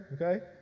okay